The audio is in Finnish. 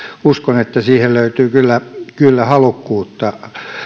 uskon että siihen löytyy kyllä kyllä halukkuutta